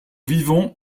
vivons